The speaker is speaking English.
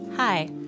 Hi